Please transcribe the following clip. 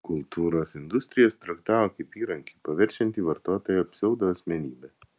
kultūros industrijas traktavo kaip įrankį paverčiantį vartotoją pseudoasmenybe